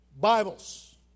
Bibles